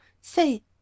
Say